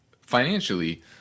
financially